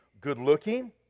good-looking